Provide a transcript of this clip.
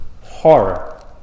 horror